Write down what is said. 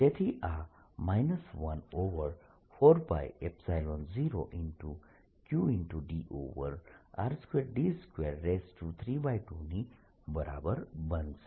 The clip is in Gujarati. તેથી આ 14π0qdr2d232 ની બરાબર બનશે